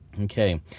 Okay